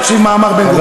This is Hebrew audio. תקשיב מה אמר בן-גוריון.